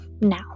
now